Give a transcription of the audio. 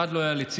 אחד לא היה לצידו.